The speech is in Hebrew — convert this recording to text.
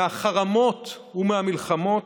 מהחרמות ומהמלחמות,